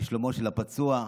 לשלומו של הפצוע.